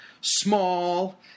small